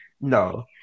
No